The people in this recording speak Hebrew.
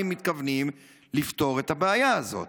מתי מתכוונים לפתור את הבעיה הזאת?